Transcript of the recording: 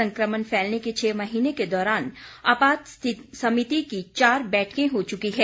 संक्रमण फैलने के छह महीने के दौरान आपात समिति की चार बैठकें हो चुकी हैं